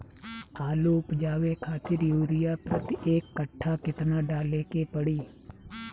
आलू उपजावे खातिर यूरिया प्रति एक कट्ठा केतना डाले के पड़ी?